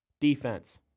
Defense